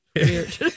weird